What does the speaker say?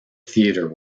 theater